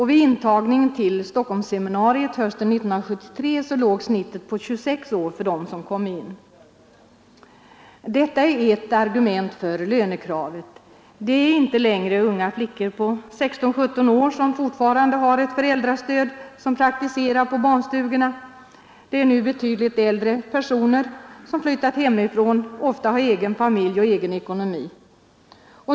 Vid intagningen till Stockholmsseminariet hösten 1973 låg genomsnittet på 26 år för dem som kom in. Detta är ett argument för lönekravet: det är inte längre unga flickor på 16—17 år som fortfarande har ett föräldrastöd vilka praktiserar på barnstugorna. Det är nu betydligt äldre personer som har flyttat hemifrån och som ofta har egen familj och egen ekonomi.